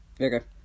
Okay